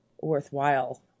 worthwhile